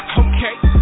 okay